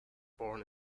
born